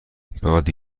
باد